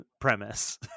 premise